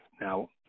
Now